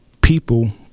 people